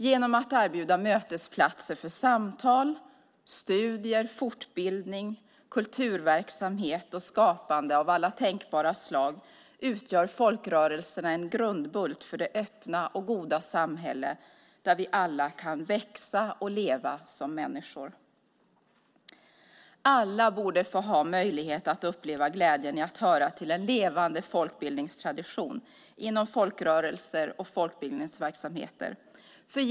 Genom att erbjuda mötesplatser för samtal, studier, fortbildning, kulturverksamhet och skapande av alla tänkbara slag utgör folkrörelserna en grundbult för det öppna och goda samhälle där vi alla kan växa och leva som människor. Alla borde få möjlighet att uppleva glädjen i att höra till en levande folkbildningstradition inom folkrörelser och folkbildningsverksamheter.